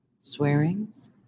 swearings